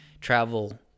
travel